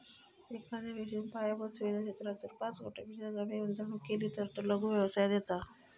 एखाद्या व्यक्तिन पायाभुत सुवीधा क्षेत्रात जर पाच कोटींपेक्षा कमी गुंतवणूक केली तर तो लघु व्यवसायात येता